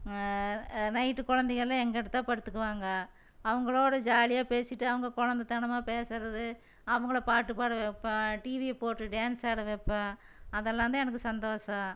night குழந்தைகெல்லாம் எங்கிட்டதான் படுத்துக்குவாங்க அவங்களோட ஜாலியாக பேசிகிட்டு அவங்க குழந்தத்தனமா பேசுறது அவங்கள பாட்டுப்பாட வப்பேன் டிவியைபோட்டு டான்ஸ் ஆட வப்பேன் அதெல்லாந்தான் எனக்கு சந்தோஷம்